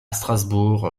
strasbourg